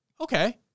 okay